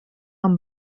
amb